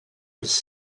was